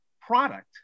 product